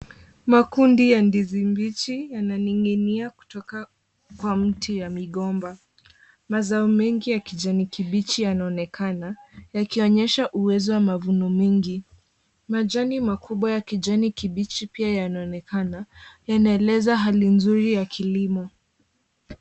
Makundi ya ndizi mbichi, yananing'inia kutoka kwa miti ya migomba. Mazao ya kijani kibichi yanaonekana yakionyesha uwezo wa mavuno mengi. Majani makubwa ya kijani kibichi pia yanaonekana. Yanaeleza hali nzuri ya kilimo.